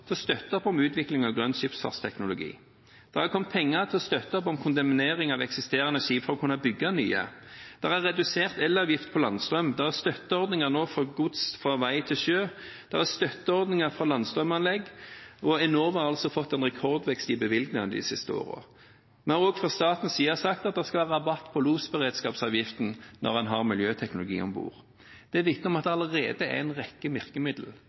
til å støtte opp om utvikling av grønn skipsfartsteknologi. Det har kommet penger til å støtte opp om kondemnering av eksisterende skip for å kunne bygge nye. Det er redusert elavgift på landstrøm, det er støtteordninger nå for gods fra vei til sjø. Det er støtteordninger for landstrømanlegg, og Enova har fått en rekordvekst i bevilgninger de siste årene. Vi har fra statens side sagt at det skal være rabatt på losberedskapsavgiften når en har miljøteknologi om bord. Det vitner om at det allerede er en rekke